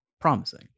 promising